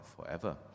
forever